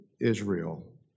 Israel